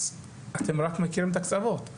אז אתם רק מכירים את הקצבות.